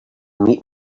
meet